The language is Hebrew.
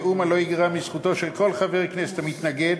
מאומה לא ייגרע מזכותו של כל חבר כנסת המתנגד